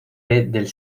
del